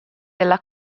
della